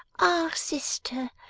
ah, sister,